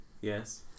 Yes